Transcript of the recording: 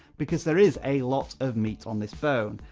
because there is a lot of meat on this phone.